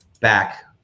back